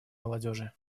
молодежи